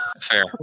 Fair